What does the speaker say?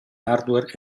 hardware